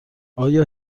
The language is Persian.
آیا